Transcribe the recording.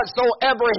whatsoever